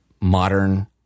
modern